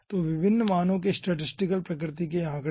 तो विभिन्न मानों के स्टैटिस्टिकल प्रकृति के आँकड़े